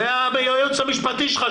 זה הייעוץ המשפטי שלך,